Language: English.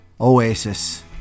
Oasis